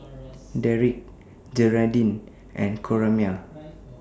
Derik Jeraldine and Coraima